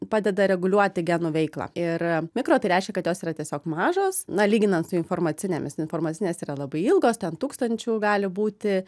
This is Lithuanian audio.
padeda reguliuoti genų veiklą ir mikro tai reiškia kad jos yra tiesiog mažos na lyginant su informacinėmis informacinės yra labai ilgos ten tūkstančių gali būti